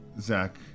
Zach